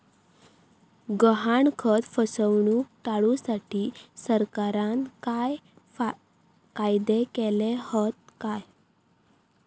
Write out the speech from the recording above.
गहाणखत फसवणूक टाळुसाठी सरकारना काय कायदे केले हत काय?